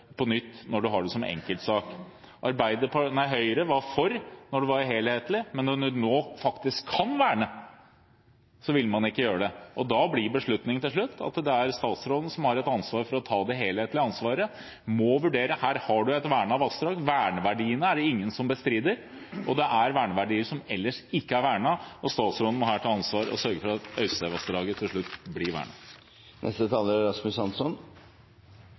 på nytt når man har det som enkeltsak. Høyre var for da det var snakk om en helhetlig vurdering, men når vi nå faktisk kan verne, vil man ikke gjøre det. Da blir det til slutt til at det er statsråden som må ta det helhetlige ansvaret. Verneverdiene er det ingen som bestrider. Det er verneverdier som ellers ikke er vernet. Statsråden må her ta ansvar og sørge for at Øystesevassdraget til slutt blir vernet. Det er